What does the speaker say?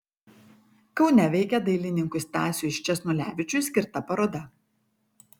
kaune veikia dailininkui stasiui sčesnulevičiui skirta paroda